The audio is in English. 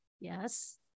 yes